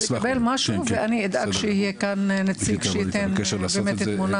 אשמח לקבל ואני אדאג שיהיה כאן נציג שייתן תמונה